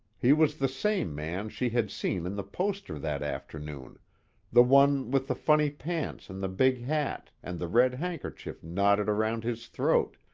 he was the same man she had seen in the poster that afternoon the one with the funny pants and the big hat and the red handkerchief knotted around his throat,